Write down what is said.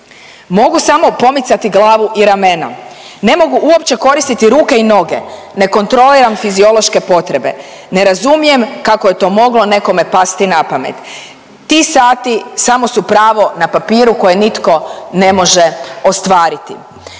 Mogu samo pomicati glavu i ramena. Ne mogu uopće koristiti ruke i noge, ne kontroliram fiziološke potrebe, ne razumijem kako je to moglo nekome pasti na pamet. Ti sati samo su pravo na papiru koje nitko ne može ostvariti,